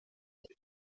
mit